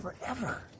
forever